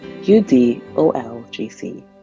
UDOLGC